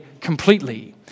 completely